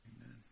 Amen